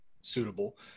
suitable